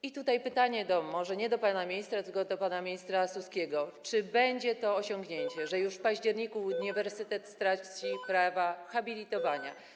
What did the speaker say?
I tutaj pytanie może nie do pana ministra, tylko do pana ministra Suskiego: Czy będzie to osiągnięcie, że już w październiku uniwersytet straci prawa habilitowania?